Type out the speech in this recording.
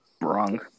Wrong